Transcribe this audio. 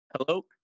Hello